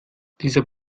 dieser